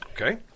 Okay